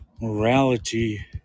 morality